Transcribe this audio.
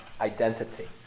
identity